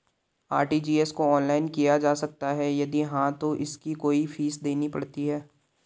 RTGS को online किया जा सकता है यदि हाँ तो इसकी कोई फीस देनी पड़ती है?